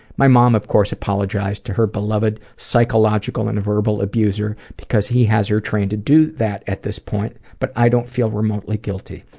my mom, of course, apologized to her beloved psychological and verbal abuser because he has her trained to do that at this point, but i don't feel remotely guilty.